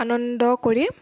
আনন্দ কৰি